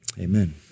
amen